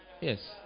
Yes